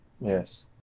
Yes